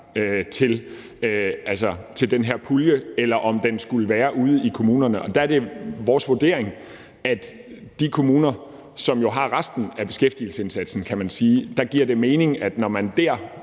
til den her pulje, eller om den skulle være ude i kommunerne. Og der er det vores vurdering, at når kommunerne har resten af beskæftigelsesindsatsen og man derfra hjælper borgerne